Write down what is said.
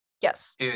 Yes